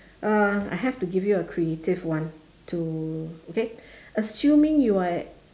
uh I have to give you a creative one to okay assuming you are